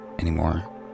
Anymore